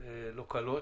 לא קלות.